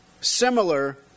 similar